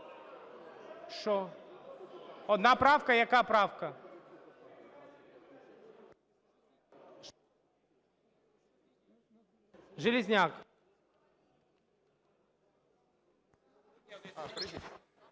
Що? Одна правка? Яка правка? Железняк.